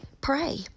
pray